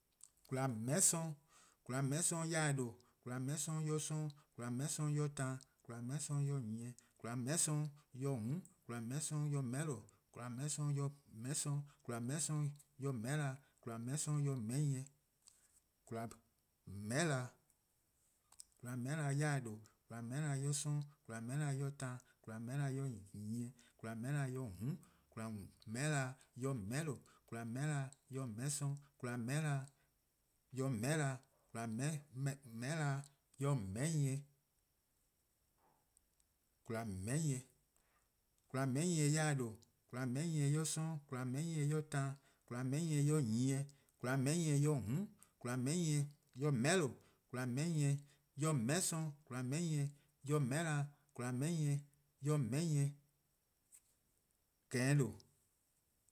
:Kwlaa :meheh' 'sorn, :kwlaa :meheh' 'sorn yor-eh :due', :kwlaa :meheh' 'sorn 'yor 'sororn', :kwlaa :meheh' 'sorn 'yor taan, :kwlaa :meheh' 'sorn 'yor nyieh, :kwlaa :meheh' 'sorn 'yor :mm', :kwlaa :meheh' 'sorn 'yor :meheh'lo:. :kwlaa :meheh' 'sorn 'yor :meheh''sorn, :kwlaa :meheh' 'sorn 'yor :meheh'na, :kwlaa :meheh' 'sorn 'yor :meheh' nyieh, :kwlaa :meheh'na, :kwlaa :meheh'na 'yor-eh :due', :kwlaa :meheh'na 'yor 'sororn', :kwlaa :meheh'na 'yor taan, :kwlaa :meheh'na 'yor nyieh, :kwlaa :meheh'na 'yor :mm', :kwlaa :meheh'na 'yor :meheh'lo:, :kwlaa :meheh'na 'yor :meheh' 'sorn, :kwlaa :meheh'na 'yor :meheh'na, :kwlaa :meheh'na 'yor :meheh' nyieh, :kwlaa :meheh' nyieh, :kwlaa :meheh' nyieh 'yor-eh :due', :kwlaa :meheh' nyieh 'yor 'sororn', :kwlaa :meheh' nyieh 'yor taan, :kwlaa :meheh' nyieh 'yor nyieh, :kwlaa :meheh' nyieh 'yor :mm', :kwlaa :meheh' nyieh 'yor :meheh'lo:, :kwlaa :meheh' nyieh 'yor :meheh' 'sorn, :kwlaa :meheh' nyieh 'yor meheh'na, :kwlaa :meheh' nyieh 'yor :meheh' nyieh, :kehehn' :due'.